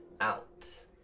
out